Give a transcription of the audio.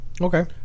Okay